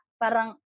Parang